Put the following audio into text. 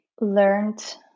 learned